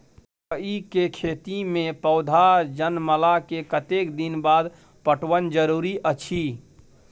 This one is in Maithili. मकई के खेती मे पौधा जनमला के कतेक दिन बाद पटवन जरूरी अछि?